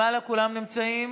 למעלה כולם נמצאים?